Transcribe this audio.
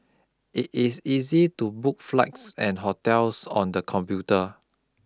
it is easy to book flights and hotels on the computer